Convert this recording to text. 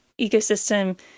ecosystem